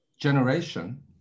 generation